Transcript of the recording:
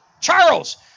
Charles